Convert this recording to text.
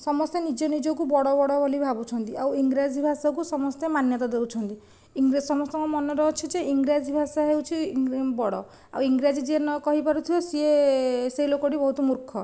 ସମସ୍ତେ ନିଜ ନିଜକୁ ବଡ଼ ବଡ଼ ବୋଲି ଭାବୁଛନ୍ତି ଆଉ ଇଂରାଜୀ ଭାଷାକୁ ସମସ୍ତେ ମାନ୍ୟତା ଦେଉଛନ୍ତି ସମସ୍ତଙ୍କ ମନରେ ଅଛି ଯେ ଇଂରାଜୀ ଭାଷା ହେଉଛି ବଡ଼ ଆଉ ଇଂରାଜୀ ଯିଏ ନକହି ପାରୁଥିବ ସିଏ ସେଇ ଲୋକଟି ବହୁତ ମୂର୍ଖ